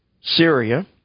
Syria